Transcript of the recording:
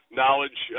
knowledge